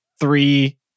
three